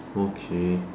okay